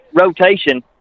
rotation